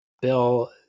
bill